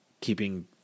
keeping